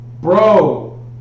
bro